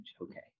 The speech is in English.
Okay